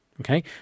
Okay